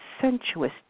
sensuous